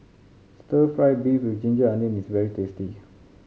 stir fried beef with ginger onions is very tasty